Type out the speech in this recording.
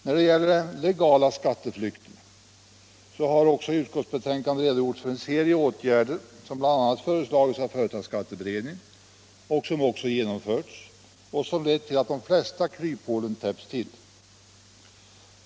När det gäller den legala skatteflykten redogör utskottsbetänkandet för en serie åtgärder som föreslagits av bl.a. företagsskatteberedningen och som också genomförts och lett till att de flesta kryphålen täppts till.